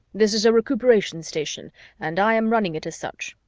this is a recuperation station and i am running it as such.